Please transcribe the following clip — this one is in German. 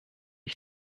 ich